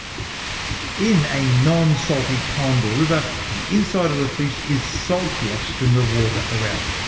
in a non-salty pond or river, the inside of the fish is saltier than the water around it.